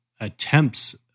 attempts